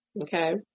Okay